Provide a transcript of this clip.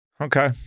Okay